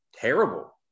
terrible